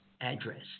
address